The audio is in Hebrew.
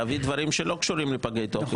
שלא קשורים לפגי תוקף,